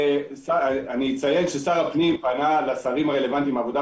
אני אציין ששר הפנים פנה לשרים הרלוונטיים לשר העבודה